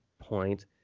point